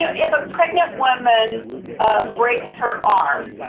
ah if a pregnant woman breaks her arm,